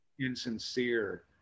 insincere